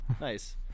Nice